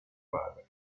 padre